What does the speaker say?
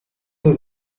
was